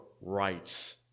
rights